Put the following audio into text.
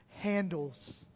handles